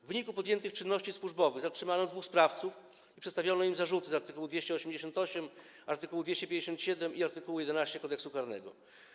W wyniku podjętych czynności służbowych zatrzymano dwóch sprawców i przedstawiono im zarzuty z art. 288, art. 257 i art. 11 Kodeksu karnego.